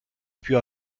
più